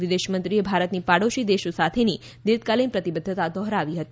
વિદેશમંત્રીએ ભારતની પાડોશી દેશો સાથેની દીર્ઘકાલીન પ્રતિબદ્ધતા દોહરાવી હતી